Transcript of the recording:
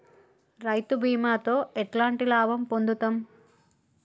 రైతు బీమాతో ఎట్లాంటి లాభం పొందుతం?